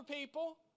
people